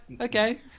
okay